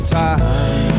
time